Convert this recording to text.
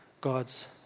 God's